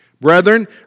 Brethren